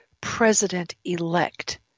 president-elect